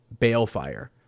Balefire